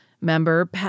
member